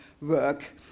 work